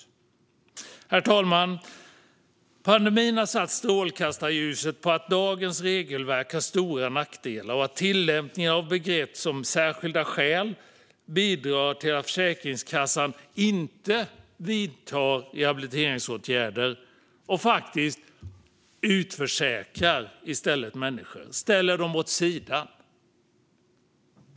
Herr talman! Pandemin har satt strålkastarljuset på att dagens regelverk har stora nackdelar och att tillämpningen av begrepp som "särskilda skäl" bidrar till att Försäkringskassan inte vidtar rehabiliteringsåtgärder utan i stället "utförsäkrar" människor och ställer dem åt sidan.